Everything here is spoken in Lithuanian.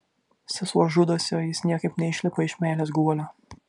sesuo žudosi o jis niekaip neišlipa iš meilės guolio